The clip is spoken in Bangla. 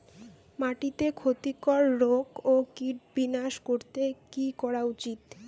মাটিতে ক্ষতি কর রোগ ও কীট বিনাশ করতে কি করা উচিৎ?